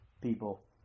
people